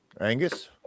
Angus